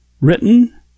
written